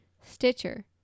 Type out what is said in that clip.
Stitcher